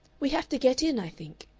we have to get in, i think,